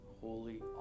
holy